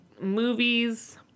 movies